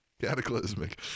cataclysmic